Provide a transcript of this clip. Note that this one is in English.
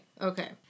okay